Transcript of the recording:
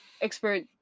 expert